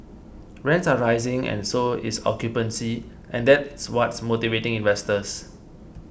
rents are rising and so is occupancy and that's what's motivating investors